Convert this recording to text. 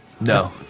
No